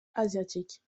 asiatique